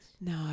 No